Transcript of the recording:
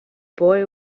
boy